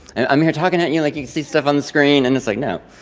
and i'm here talking to you like you can see stuff on the screen, and it's like, no.